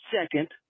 second